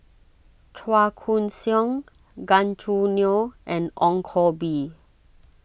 Chua Koon Siong Gan Choo Neo and Ong Koh Bee